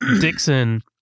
Dixon